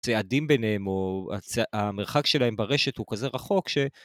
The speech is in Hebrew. הצעדים ביניהם, או המרחק שלהם ברשת הוא כזה רחוק ש...